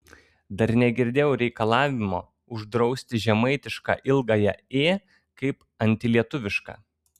dar negirdėjau reikalavimo uždrausti žemaitišką ilgąją ė kaip antilietuvišką